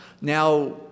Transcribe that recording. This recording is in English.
Now